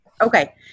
Okay